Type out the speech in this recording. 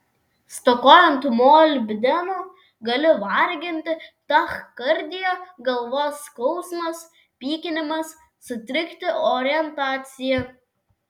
stokojant molibdeno gali varginti tachikardija galvos skausmas pykinimas sutrikti orientacija